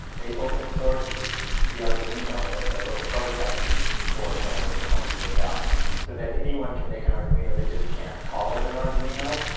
they open sourced the arduino, the little prototyping board that i was telling you about so that anyone can make an arduino. they just can't call it an arduino.